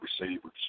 receivers